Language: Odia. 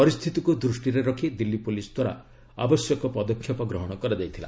ପରିସ୍ଥିତିକୁ ଦୃଷ୍ଟିରେ ରଖି ଦିଲ୍ଲୀ ପୁଲିସ୍ଦ୍ୱାରା ଆବଶ୍ୟକ ପଦକ୍ଷେପ ଗ୍ରହଣ କରାଯାଇଥିଲା